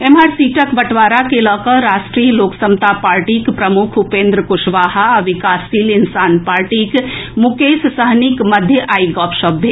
एम्हर सीटक बंटवारा के लऽ कऽ राष्ट्रीय लोक समता पार्टीक प्रमुख उपेंद्र कुशवाहा आ विकासशील इंसान पार्टीक मुकेश सहनीक मध्य आई गपशप भेल